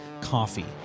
coffee